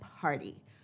party